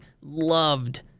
loved